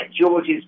George's